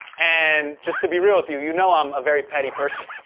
and, just to be real with you, you know i'm a very petty person.